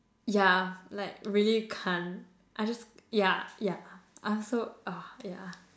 yeah like really can't I just yeah yeah I'm so !aww! yeah